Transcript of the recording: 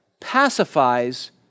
pacifies